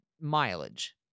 mileage